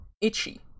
Itchy